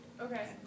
Okay